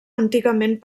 antigament